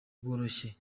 bworoshye